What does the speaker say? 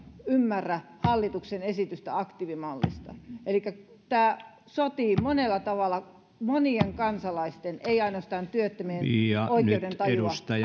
ymmärrä hallituksen esitystä aktiivimallista elikkä tämä sotii monella tavalla monien kansalaisten ei ainoastaan työttömien oikeudentajua vastaan